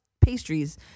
pastries